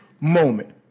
moment